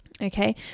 Okay